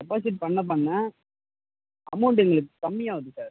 deposit பண்ண பண்ண amount எங்களுக்கு கம்மியாகுது சார்